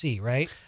right